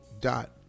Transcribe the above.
dot